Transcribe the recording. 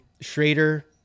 Schrader